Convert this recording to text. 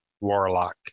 Warlock